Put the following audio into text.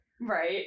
Right